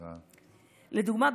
לדוגמה,